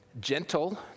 Gentle